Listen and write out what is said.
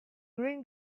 green